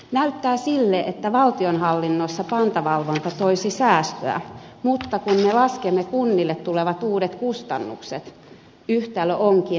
näyttää siltä että valtionhallinnossa pantavalvonta toisi säästöjä mutta kun me laskemme kunnille tulevat uudet kustannukset yhtälö onkin negatiivinen